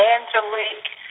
Angelique